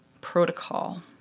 protocol